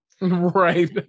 right